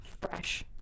fresh